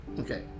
okay